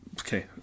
Okay